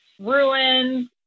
ruins